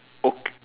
okay